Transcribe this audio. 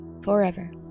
forever